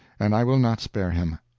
and i will not spare him.